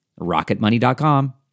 Rocketmoney.com